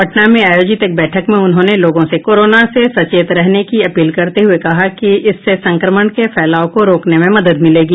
पटना में आयोजित एक बैठक में उन्होंने लोगों से कोरोना से सचेत रहने की अपील करते हुये कहा कि इससे संक्रमण के फैलाव रोकने में मदद मिलेगी